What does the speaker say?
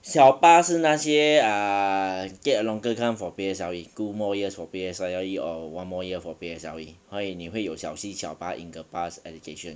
小八是那些 ah get a longer time for P_S_L_E two more years for P_S_L_E or one more year for P_S_L_E 所以你会有小七小八 in the past education